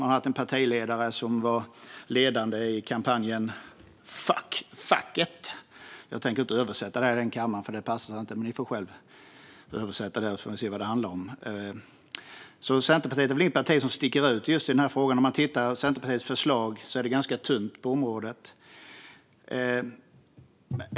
Man har haft en partiledare som varit ledande i kampanjen Fuck facket. Jag tänker inte översätta det i den här kammaren, för det passar sig inte - ni får själva översätta det och se vad det handlar om. Centerpartiet är väl inget parti som sticker ut just i den här frågan. Om man tittar på Centerpartiets förslag ser man att det är ganska tunt på det här området.